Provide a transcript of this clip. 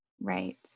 Right